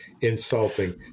insulting